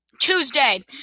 Tuesday